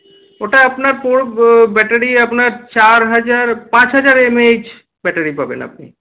ওটা আপনার ব্যাটারি আপনার চার হাজার পাঁচ হাজার এমএএইচ ব্যাটারি পাবেন আপনি